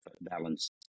balance